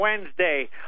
Wednesday